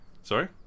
Sorry